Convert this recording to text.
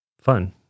fun